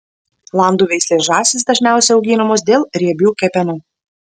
landų veislės žąsys dažniausiai auginamos dėl riebių kepenų